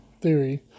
theory